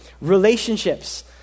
Relationships